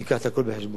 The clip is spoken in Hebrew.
נביא הכול בחשבון.